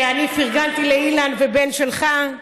שאני פרגנתי לאילן, שלך.